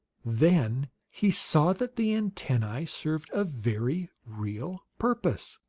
then he saw that the antennae served a very real purpose.